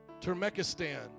Turkmenistan